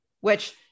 which-